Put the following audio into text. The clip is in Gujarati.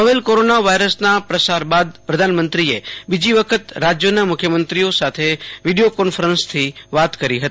નોવેલ કોરોના વાયરસના પ્રસાર બાદ પ્રધાનમંત્રીએ બોજી વખત રાજયોના મખ્યમંત્રીઓ સાથે વિડીયો કોન્ફરન્સથી વાત કરી હતી